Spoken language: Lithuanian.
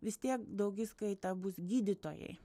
vis tie daugiskaita bus gydytojai